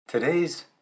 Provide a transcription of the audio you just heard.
Today's